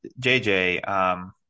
JJ